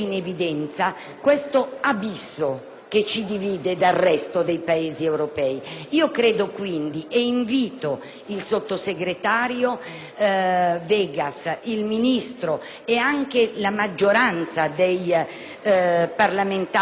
Invito quindi il sottosegretario Vegas, il Ministro e anche la maggioranza dei parlamentari, sia del Popolo della Libertà che della Lega